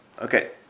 Okay